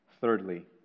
Thirdly